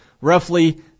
roughly